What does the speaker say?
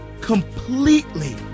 completely